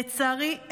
לצערי,